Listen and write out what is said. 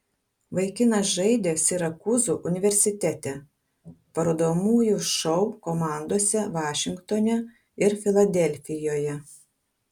vaikinas žaidė sirakūzų universitete parodomųjų šou komandose vašingtone ir filadelfijoje